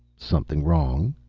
something wrong?